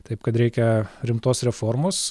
taip kad reikia rimtos reformos